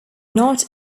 not